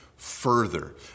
Further